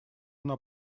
она